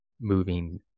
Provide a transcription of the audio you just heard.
moving